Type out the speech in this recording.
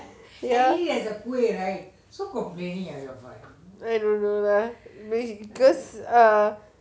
ya I don't know lah because uh